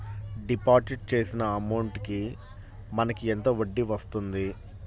Deposit చేసిన amount కి మనకి ఎంత వడ్డీ వస్తుంది?